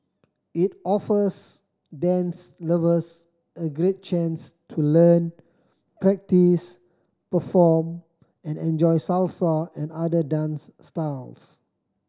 it offers dance lovers a great chance to learn practice perform and enjoy Salsa and other dance styles